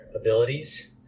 abilities